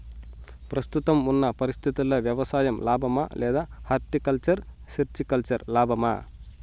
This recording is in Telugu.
ప్రస్తుతం ఉన్న పరిస్థితుల్లో వ్యవసాయం లాభమా? లేదా హార్టికల్చర్, సెరికల్చర్ లాభమా?